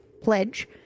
pledge